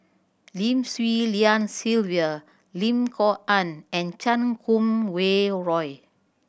Lim Swee Lian Sylvia Lim Kok Ann and Chan Kum Wah Roy